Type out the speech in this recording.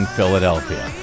Philadelphia